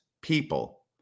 people